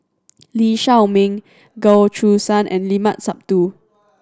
Lee Shao Meng Goh Choo San and Limat Sabtu